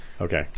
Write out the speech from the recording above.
Okay